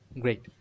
great